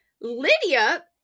Lydia